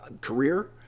career